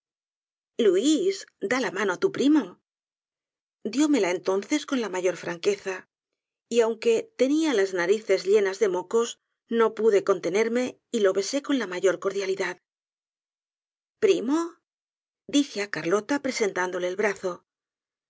luis da la mano á tu primo diómela entonces con la mayor franqueza y aunque tenia las narices llenas de mocos no pude contenerme y lo besé con la mayor cordialidad primo dije á carlota presentándole el brazo